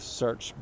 search